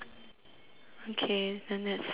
okay then that's fine